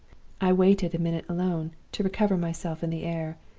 i waited a minute alone, to recover myself in the air,